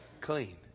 clean